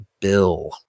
Bill